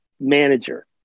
manager